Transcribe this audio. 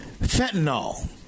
fentanyl